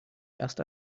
erst